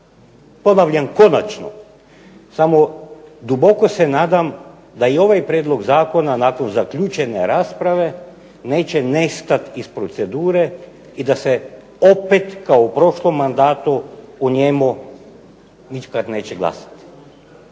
Ponavljam, konačno. Samo duboko se nadam da je i ovaj prijedlog zakona nakon zaključene rasprave neće nestati iz procedure i da se opet kao u prošlom mandatu nikada neće glasati